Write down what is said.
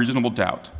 reasonable doubt